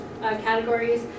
categories